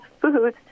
food